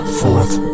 forth